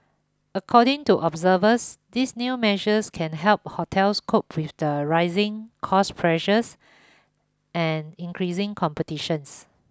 according to observers these new measures can help hotels cope with the rising cost pressures and increasing competitions